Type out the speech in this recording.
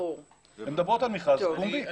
הן מדברות על מכרז פומבי.